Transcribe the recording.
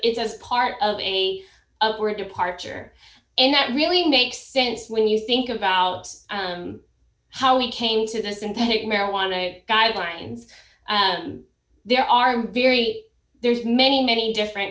s part of a upward departure and that really makes sense when you think about how we came to the synthetic marijuana guidelines there are very there's many many different